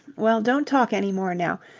well, don't talk any more now.